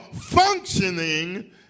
functioning